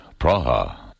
Praha